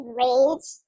rage